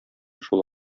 шул